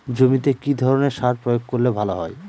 জমিতে কি ধরনের সার প্রয়োগ করলে ভালো হয়?